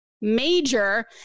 major